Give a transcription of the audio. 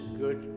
good